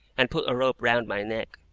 and put a rope round my neck.